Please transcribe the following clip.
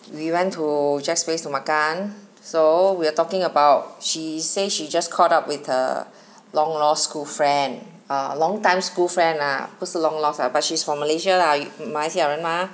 we went to Jack's Place to makan so we're talking about she say she just caught up with her long lost school friend a long time school friend lah 不是 long lost but she's from Malaysia lah 马来西亚人嘛